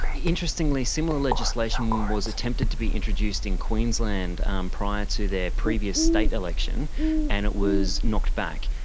interestingly, similar legislation was attempted to be introduced in queensland um prior to their previous state election and it was knocked back,